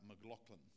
McLaughlin